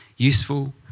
useful